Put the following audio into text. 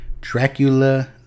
dracula